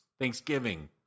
Thanksgiving